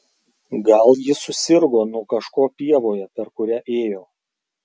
gal ji susirgo nuo kažko pievoje per kurią ėjo